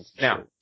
Now